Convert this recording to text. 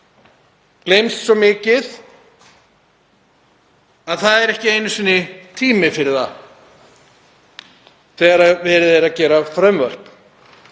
gleymst, svo mikið að það er ekki einu sinni tími fyrir það þegar verið er að búa til frumvörp.